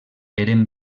eren